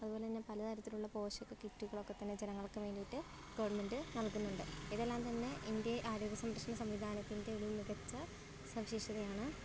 അതുപോലെ തന്നെ പലതരത്തിലുള്ള പോഷക കിറ്റുകളൊക്കെ തന്നെ ജനങ്ങൾക്ക് വേണ്ടിയിട്ട് ഗവൺമെൻറ്റ് നൽകുന്നുണ്ട് ഇതെല്ലാം തന്നെ ഇന്ത്യയെ ആരോഗ്യ സംരക്ഷണ സംവിധാനത്തിൻ്റെ ഒരു ഒരു മികച്ച സവിശേഷതയാണ്